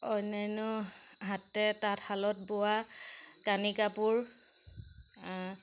অন্যান্য হাতে তাঁতশালত বোৱা কানি কাপোৰ